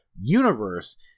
universe –